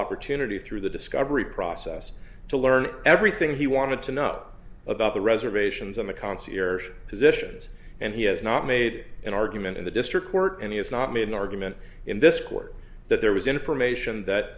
opportunity through the discovery process to learn everything he wanted to know the reservations and the concierge positions and he has not made an argument in the district court and he has not made an argument in this court that there was information that